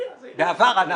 בעבר אנחנו.